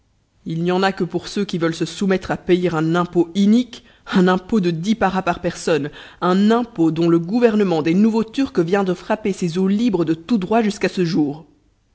il n'y en a que pour ceux qui veulent se soumettre à payer un impôt inique un impôt de dix paras par personne un impôt dont le gouvernement des nouveaux turcs vient de frapper ces eaux libres de tout droit jusqu'à ce jour